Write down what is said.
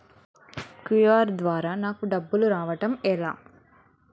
QR ద్వారా నాకు డబ్బులు రావడం ఎలా?